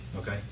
Okay